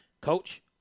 coach